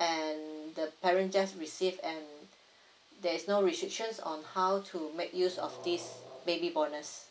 and the parent just receive and there's no restrictions on how to make use of this baby bonus